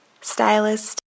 stylist